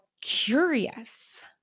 curious